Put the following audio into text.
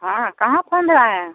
हाँ कहाँ फोन लगाए हैं